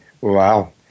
Wow